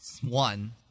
one